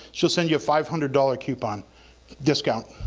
she'll send you a five hundred dollars coupon discount,